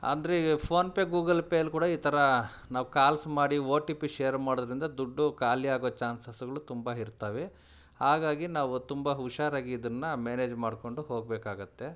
ಅಂದರೆ ಈ PhonePe Google ಪೇಲಿ ಕೂಡ ಈ ಥರ ನಾವು ಕಾಲ್ಸ್ ಮಾಡಿ ಓ ಟಿ ಪಿ ಶೇರ್ ಮಾಡೋದರಿಂದ ದುಡ್ಡು ಖಾಲಿ ಆಗೋ ಚಾನ್ಸಸ್ಸುಗಳು ತುಂಬ ಇರ್ತಾವೆ ಹಾಗಾಗಿ ನಾವು ತುಂಬ ಹುಷಾರಾಗಿ ಇದನ್ನು ಮೇನೇಜ್ ಮಾಡಿಕೊಂಡು ಹೋಗ್ಬೇಕಾಗುತ್ತೆ